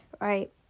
right